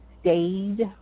stayed